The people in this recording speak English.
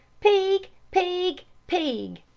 peeg, peeg, peeg!